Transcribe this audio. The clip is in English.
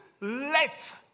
let